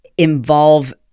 involve